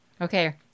Okay